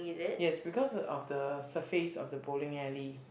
yes because of the surface of the bowling alley